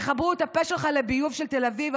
אם יחברו את הפה שלך לביוב של תל אביב,